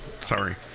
Sorry